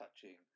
touching